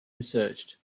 researched